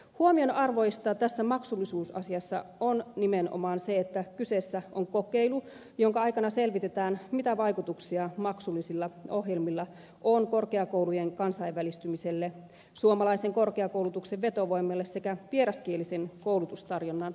huomionarvoista tässä maksullisuusasiassa on nimenomaan se että kyseessä on kokeilu jonka aikana selvitetään mitä vaikutuksia maksullisilla ohjelmilla on korkeakoulujen kansainvälistymiselle suomalaisen korkeakoulutuksen vetovoimalle sekä vieraskielisen koulutustarjonnan laadulle